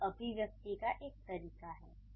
यह अभिव्यक्ति का एक तरीका है